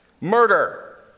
Murder